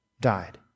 died